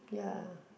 ya